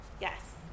Yes